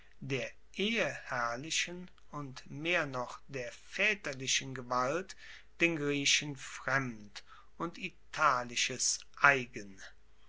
der eheherrlichen und mehr noch der vaeterlichen gewalt den griechen fremd und italisches eigen